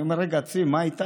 אני אומר: רגע, עצרי, מה איתך?